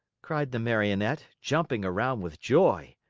cried the marionette, jumping around with joy.